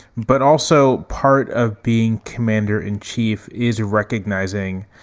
but also part of being commander in chief is recognizing